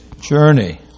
journey